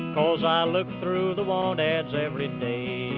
cause i look through the want ads every day,